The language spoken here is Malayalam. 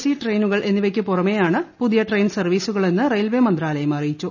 സി ട്രെയിനുകൾ എന്നിവയ്ക്ക് പുറമേയാണ് പുതിയ ട്രെയിൻ സർവ്വീസുകളെന്ന് റെയിൽവേ മ്ന്ത്രാലയം അറിയിച്ചു